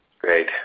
Great